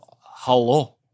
hello